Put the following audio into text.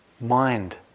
mind